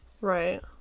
right